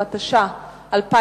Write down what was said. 11), התש"ע 2010,